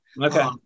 Okay